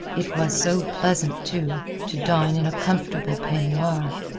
it was so pleasant, too, to dine in a comfortable peignoir.